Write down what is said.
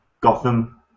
Gotham